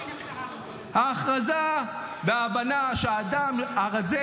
ההכרזה וההבנה שהאדם הרזה,